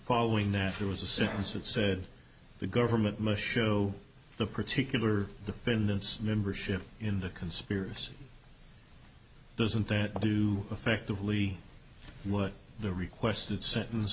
following natural was a sentence that said the government must show the particular defendant's membership in the conspiracy doesn't that do effectively what the requested sentence